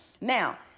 Now